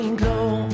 glow